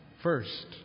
first